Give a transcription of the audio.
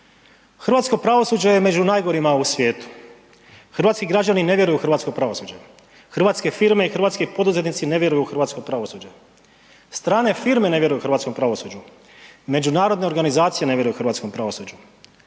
Hrvatsko pravosuđe je među najgorima u svijetu, hrvatski građani ne vjeruju u hrvatsko pravosuđe, hrvatske firme i hrvatski poduzetnici ne vjeruju u hrvatsko pravosuđe, strane firme ne vjeruju hrvatskom pravosuđe, međunarodne organizacije ne vjeruju hrvatskom pravosuđu.